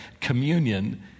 communion